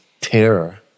terror